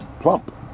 plump